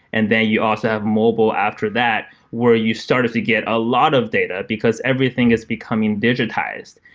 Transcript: and then you also have mobile after that where you started to get a lot of data, because everything is becoming digitized,